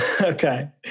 Okay